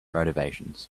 motivations